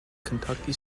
kentucky